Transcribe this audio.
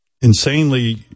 insanely